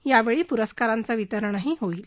यावेळी पुरस्कारांचंही वितरण होईल